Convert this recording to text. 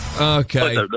Okay